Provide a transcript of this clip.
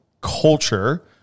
culture